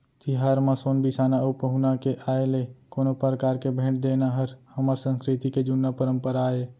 तिहार म सोन बिसाना अउ पहुना के आय ले कोनो परकार के भेंट देना हर हमर संस्कृति के जुन्ना परपंरा आय